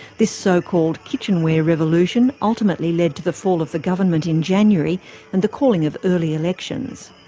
this so-called kitchenware revolution ultimately led to the fall of the government in january and the calling of early elections.